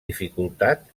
dificultat